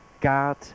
God